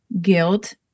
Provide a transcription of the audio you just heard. guilt